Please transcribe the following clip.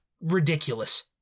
Ridiculous